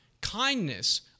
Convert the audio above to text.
Kindness